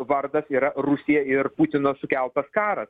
vardas yra rusija ir putino sukeltas karas